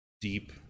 Deep